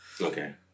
Okay